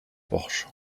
porche